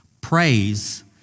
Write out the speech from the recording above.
Praise